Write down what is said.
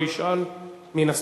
לא ישאל מן הסתם.